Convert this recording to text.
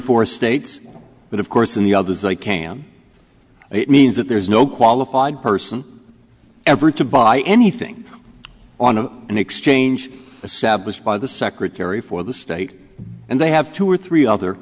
four states but of course in the others i cam it means that there's no qualified person ever to buy anything on an exchange established by the secretary for the state and they have two or three other